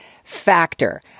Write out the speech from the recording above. Factor